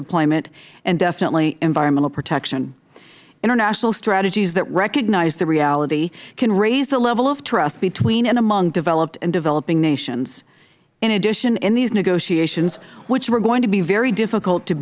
employment and definitely environmental protection international strategies that recognize the reality can raise the level of trust between and among developed and developing nations in addition in these negotiations which were going to be very difficult to